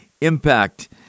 impact